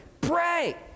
Pray